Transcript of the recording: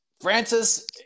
Francis